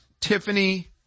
Tiffany